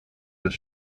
das